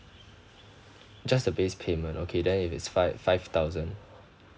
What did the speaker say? just the base payment okay then it it's five five thousand